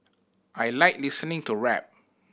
I like listening to rap